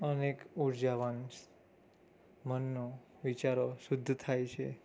અને એક ઊર્જાવાન મનનો વિચારો શુદ્ધ થાય છે